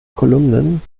kolumnen